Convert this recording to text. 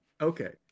Okay